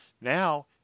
Now